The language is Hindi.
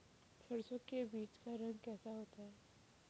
सरसों के बीज का रंग कैसा होता है?